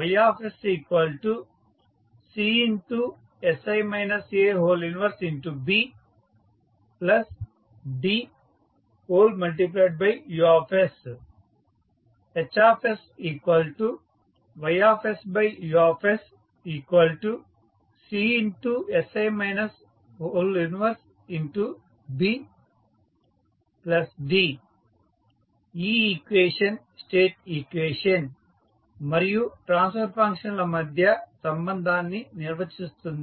YsCsI A 1BDUs HsYUCsI A 1BD ఈ equation state equation మరియు transfer function ల మధ్య సంబంధాన్ని నిర్వచిస్తుంది